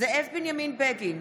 זאב בנימין בגין,